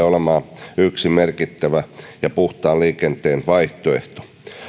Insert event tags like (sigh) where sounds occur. (unintelligible) olemaan yksi merkittävä puhtaan liikenteen vaihtoehto